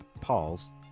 Pause